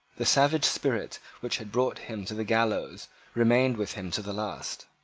the savage spirit which had brought him to the gallows remained with him to the last.